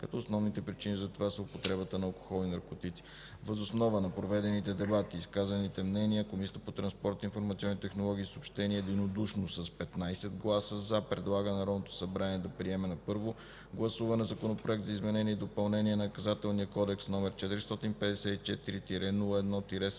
като основните причини за това са употребата на алкохол и наркотици. Въз основа на проведените дебати и изказаните мнения, Комисията по транспорт, информационни технологии и съобщения, единодушно с 15 гласа „за”, предлага на Народното събрание да приеме на първо гласуване Законопроект за изменение и допълнение на Наказателния кодекс, № 454-01-71,